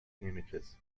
images